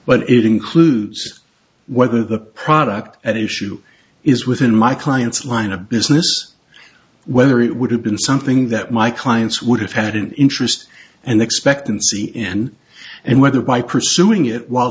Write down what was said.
but it includes whether the product at issue is within my client's line of business whether it would have been something that my clients would have had an interest and expectancy in and whether by pursuing it while